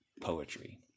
poetry